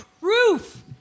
proof